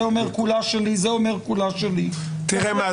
זה אומר כולה שלי וזה אומר כולה שלי, יחלוקו.